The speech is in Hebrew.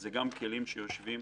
אלה כלים שיושבים